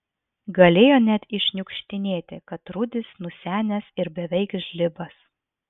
galėjo net iššniukštinėti kad rudis nusenęs ir beveik žlibas